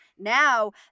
Now